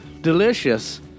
delicious